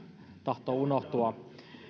tahtoo unohtua